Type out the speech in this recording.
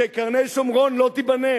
שקרני-שומרון לא תיבנה.